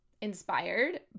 inspired